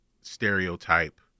stereotype